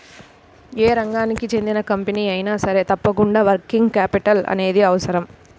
యే రంగానికి చెందిన కంపెనీ అయినా సరే తప్పకుండా వర్కింగ్ క్యాపిటల్ అనేది అవసరం